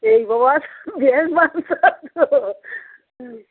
এই বস